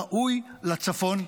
ראוי לצפון,